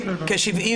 יש?